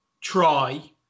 try